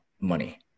money